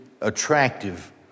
attractive